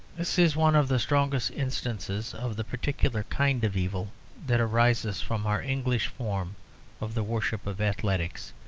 this is one of the strongest instances of the particular kind of evil that arises from our english form of the worship of athletics.